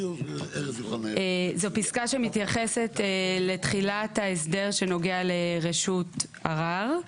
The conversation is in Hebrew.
זו פסקה שמתייחסת לתחילת ההסדר שנוגע לרשות ערר,